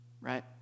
right